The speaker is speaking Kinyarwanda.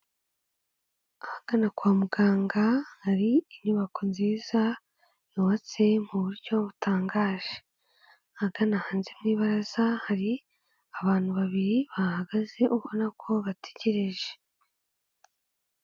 Ahagana kwa muganga hari inyubako nziza, yubatse mu buryo butangaje. Ahagana hanze mu ibaraza hari abantu babiri bahagaze ubona ko bategereje.